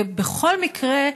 ובכל מקרה,